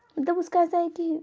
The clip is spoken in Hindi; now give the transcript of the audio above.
मतलब उसका ऐसा है कि